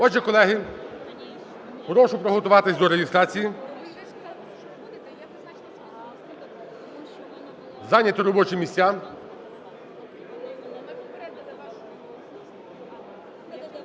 Отже, колеги, прошу приготуватись до реєстрації, зайняти робочі місця.